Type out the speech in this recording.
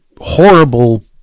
horrible